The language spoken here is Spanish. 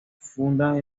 funda